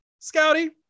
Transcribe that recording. Scouty